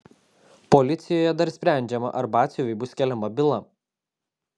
policijoje dar sprendžiama ar batsiuviui bus keliama byla